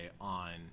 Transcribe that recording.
on